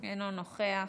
אינו נוכח.